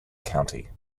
county